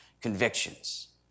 convictions